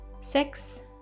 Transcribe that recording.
six